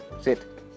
Sit